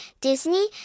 Disney